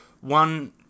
one